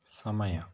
ಸಮಯ